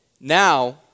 Now